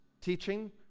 teaching